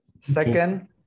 Second